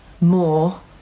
more